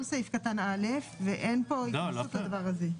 סעיף קטן א' ואין פה התייחסות לדבר הזה.